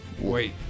Wait